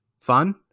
fun